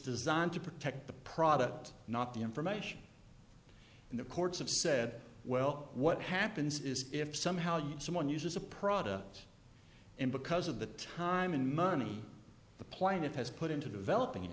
designed to protect the product not the information and the courts have said well what happens is if somehow you someone uses a product and because of the time and money the plaintiff has put into developing